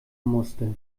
musste